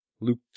Luke